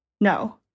No